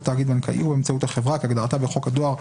תאגיד בנקאי או באמצעות החברה כהגדרתה בחוק הדואר,